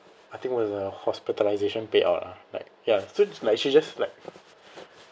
I think was a hospitalization payout lah like ya so like she just like